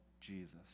Jesus